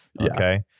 okay